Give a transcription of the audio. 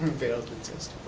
failed the test